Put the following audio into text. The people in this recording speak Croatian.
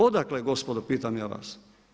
Odakle gospodo pitam ja vas?